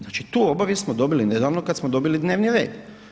Znači tu obavijest smo dobili nedavno kad smo dobili dnevni red.